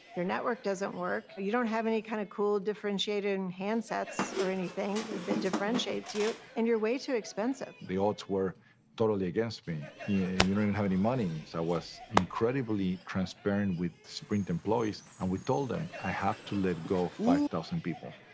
your network doesn't work. you don't have any kind of cool differentiating handsets or anything that differentiates you and you're way too expensive. the odds were totally against me. yeah you don't even have any money, so i was incredibly transparent with sprint employees, and we told them, i have to let go five thousand people,